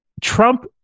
Trump